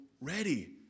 ready